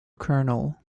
colonel